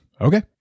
okay